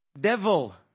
devil